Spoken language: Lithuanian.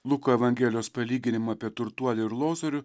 luko evangelijos palyginimą apie turtuolį ir lozorių